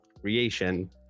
creation